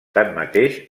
tanmateix